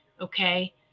okay